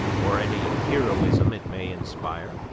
or any heroism it may inspire.